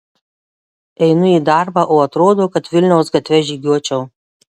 einu į darbą o atrodo kad vilniaus gatve žygiuočiau